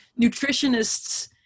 nutritionists